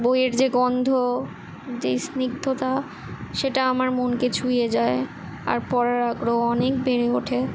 বইয়ের যে গন্ধ যেই স্নিগ্ধতা সেটা আমার মনকে ছুঁয়ে যায় আর পড়ার আগ্রহ অনেক বেড়ে ওঠে